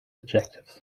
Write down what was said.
adjectives